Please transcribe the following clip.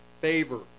favor